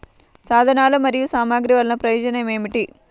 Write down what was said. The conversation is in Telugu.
సాధనాలు మరియు సామగ్రి వల్లన ప్రయోజనం ఏమిటీ?